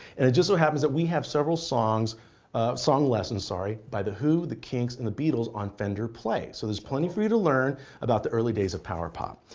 and it just so happens that we have several songs song lessons, sorry, by the who, the kinks, and the beatles on fender play. so there's plenty for you to learn about the early days of power pop.